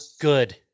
good